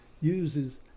uses